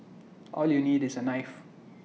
all you need is A knife